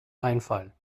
einfall